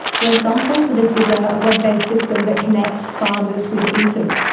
for example. so this is a web-based system that connects farmers with eaters.